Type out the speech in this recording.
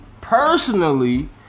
personally